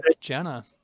Jenna